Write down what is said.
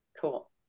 cool